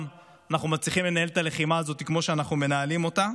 אנחנו מצליחים לנהל את הלחימה הזאת כמו שאנחנו מנהלים אותה.